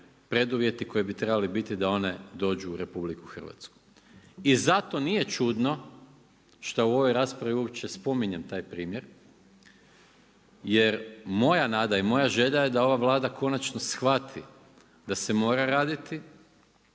preduvjeti koji bi trebali biti da one dođu u RH. I zato nije čudno što u ovoj raspravi uopće spominjem taj primjer, jer moja nada i moja želja je ova Vlada konačno shvati da se mora raditi,